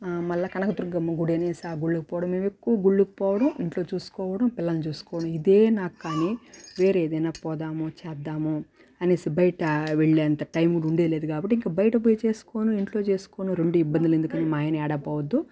మళ్ళా కనకదుర్గమ్మ గుడి అనేసి ఆ గుళ్ళకి పోవడం మేం ఎక్కువ గుళ్ళకి పోవడం ఇంట్లో చూసుకోవడం పిల్లల్ని చూసుకొని ఇదే నాకు కానీ వేరే ఏదైనా పోదాము చేద్దాము అనేసి బయట వెళ్ళే అంత టైమ్ ఉండేది లేదు కాబట్టి ఇంక బయట పోయి చేసుకోని ఇంట్లో చేసుకోని రెండు ఇబ్బందులు ఎందుకని మా ఆయన యాడ పోవద్దు